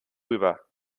rüber